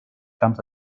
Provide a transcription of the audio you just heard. camps